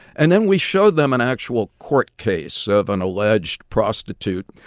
and then we showed them an actual court case of an alleged prostitute,